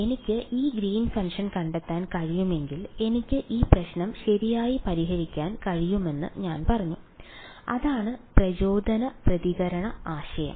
എനിക്ക് ഈ Green's function Green's function കണ്ടെത്താൻ കഴിയുമെങ്കിൽ എനിക്ക് ഈ പ്രശ്നം ശരിയായി പരിഹരിക്കാൻ കഴിയുമെന്ന് ഞാൻ പറഞ്ഞു അതാണ് പ്രചോദന പ്രതികരണ ആശയം